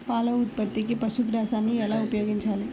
పాల ఉత్పత్తికి పశుగ్రాసాన్ని ఎలా ఉపయోగించాలి?